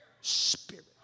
spirit